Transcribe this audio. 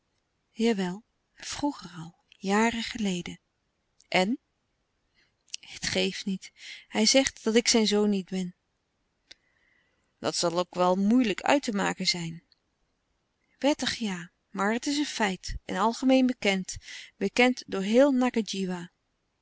jawel vroeger al jaren geleden en het geeft niet hij zegt dat ik zijn zoon niet ben dat zal dan ook wel moeilijk uit te maken zijn wettig ja maar het is een feit en algemeen bekend bekend door heel ngadjiwa